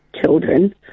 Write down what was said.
children